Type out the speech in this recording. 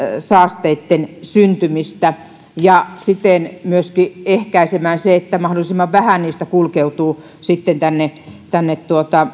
saasteitten syntymistä ja siten myöskin varmistamaan se että mahdollisimman vähän niistä kulkeutuu tänne tänne